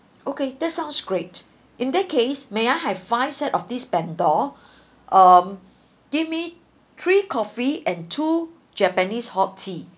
okay that sounds great in that case may I have five set of this bento um give me three coffee and two japanese hot tea